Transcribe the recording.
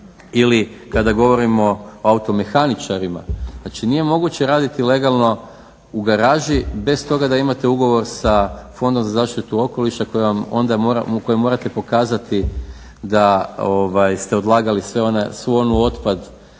Ili kada govorimo o automehaničarima. Znači, nije moguće raditi legalno u garaži bez toga da imate ugovor sa Fondom za zaštitu okoliša koji vam onda, koji morate pokazati da ste odlagali sav onaj otpad